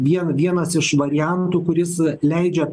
vien vienas iš variantų kuris leidžia